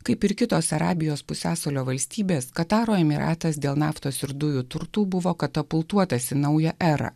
kaip ir kitos arabijos pusiasalio valstybės kataro emyratas dėl naftos ir dujų turtų buvo katapultuotis į naują erą